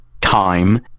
time